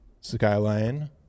Skyline